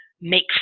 make